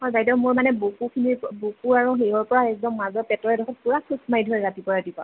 হয় বাইদউ মোৰ মানে বুকুখিনিৰ বুকু আৰু হেৰিয়ৰ পৰা একদম মাজৰ পেটৰ এডখৰ পুৰা খোচ মাৰি ধৰে ৰাতিপুৱা ৰাতিপুৱা